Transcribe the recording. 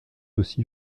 aussi